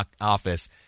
office